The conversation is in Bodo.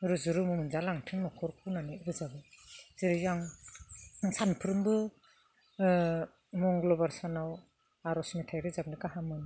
रुजु रुमु मोनजालांथों न'खरखौ होननानै रोजाबो जेरै आं सामफ्रामबो मंगलबार सानाव आर'ज मेथाइ रोजाबनो गाहाम मोनो